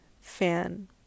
fan